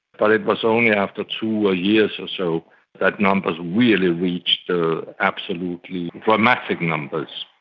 but it was only after two years or so that numbers really reached the absolutely dramatic numbers.